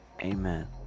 Amen